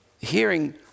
hearing